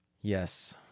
Yes